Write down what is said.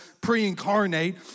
pre-incarnate